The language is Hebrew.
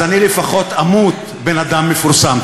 אז אני לפחות אמות בן-אדם מפורסם.